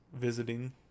visiting